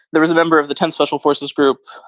there was a member of the tenth special forces group.